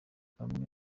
bamwe